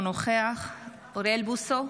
אינו נוכח אוריאל בוסו,